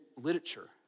literature